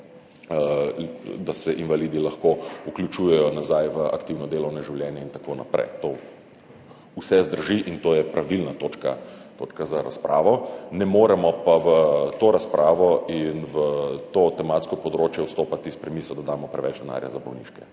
da se invalidi lahko vključujejo nazaj v aktivno delovno življenje, in tako naprej. To vse zdrži in to je pravilna točka za razpravo. Ne moremo pa v to razpravo in v to tematsko področje vstopati s premiso, da damo preveč denarja za bolniške.